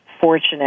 fortunate